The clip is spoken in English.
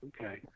Okay